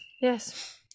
yes